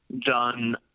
done